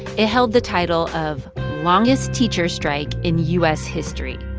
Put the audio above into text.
it held the title of longest teachers strike in u s. history